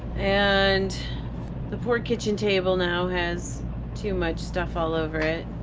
and the poor kitchen table now has too much stuff all over it.